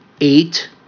eight